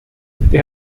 they